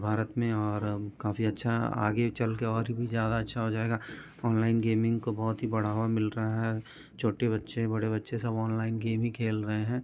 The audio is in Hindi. भारत में और काफ़ी अच्छा आगे चल के और भी ज़्यादा अच्छा हो जाएगा ऑनलाइन गेमिंग को बहुत ही बढ़ावा मिल रहा है छोटे बच्चे बड़े बच्चे सब ऑनलाइन गेम ही खेल रहें हैं